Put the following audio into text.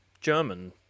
German